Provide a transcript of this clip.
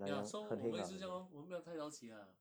ya so 我们也是这样 lor 我们没有太早起啦